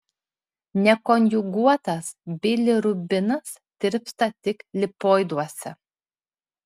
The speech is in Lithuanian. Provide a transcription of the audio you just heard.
nekonjuguotas bilirubinas tirpsta tik lipoiduose